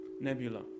Nebula